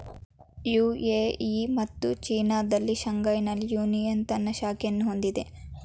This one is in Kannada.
ಯು.ಎ.ಇ ಮತ್ತು ಚೀನಾದ ಶಾಂಘೈನಲ್ಲಿ ಯೂನಿಯನ್ ತನ್ನ ಶಾಖೆಯನ್ನು ಹೊಂದಿದೆ